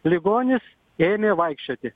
ligonis ėmė vaikščioti